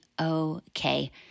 okay